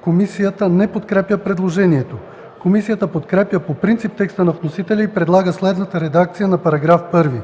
Комисията не подкрепя предложението. Комисията подкрепя по принцип текста на вносителя и предлага следната редакция на § 1: „§ 1.